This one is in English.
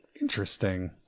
Interesting